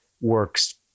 works